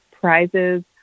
prizes